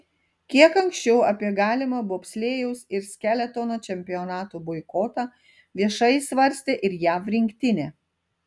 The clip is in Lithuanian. kiek anksčiau apie galimą bobslėjaus ir skeletono čempionato boikotą viešai svarstė ir jav rinktinė